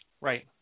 Right